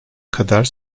kadar